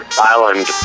island